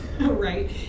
right